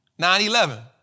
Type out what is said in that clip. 9-11